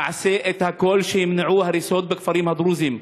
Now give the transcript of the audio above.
תעשה את הכול שיימנעו הריסות בכפרים הדרוזיים.